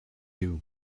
you